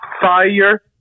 Fire